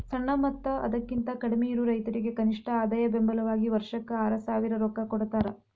ಸಣ್ಣ ಮತ್ತ ಅದಕಿಂತ ಕಡ್ಮಿಯಿರು ರೈತರಿಗೆ ಕನಿಷ್ಠ ಆದಾಯ ಬೆಂಬಲ ವಾಗಿ ವರ್ಷಕ್ಕ ಆರಸಾವಿರ ರೊಕ್ಕಾ ಕೊಡತಾರ